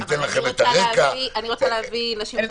אני רוצה להביא נשים חרדיות.